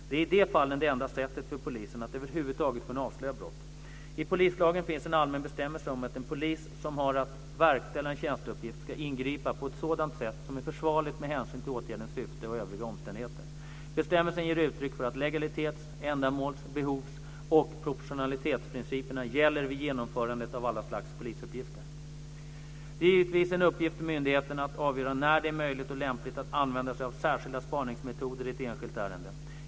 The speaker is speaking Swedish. Det är i de fallen det enda sättet för polisen att över huvud taget kunna avslöja brott. I polislagen finns en allmän bestämmelse om att en polis som har att verkställa en tjänsteuppgift ska ingripa på ett sådant sätt som är försvarligt med hänsyn till åtgärdens syfte och övriga omständigheter. Bestämmelsen ger uttryck för att legalitets-, ändamåls-, behovs och proportionalitetsprinciperna gäller vid genomförandet av alla slags polisuppgifter. Det är givetvis en uppgift för myndigheterna att avgöra när det är möjligt och lämpligt att använda sig av särskilda spaningsmetoder i ett enskilt ärende.